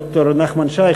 ד"ר נחמן שי,